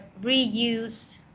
reuse